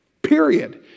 Period